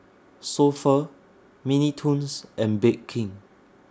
So Pho Mini Toons and Bake King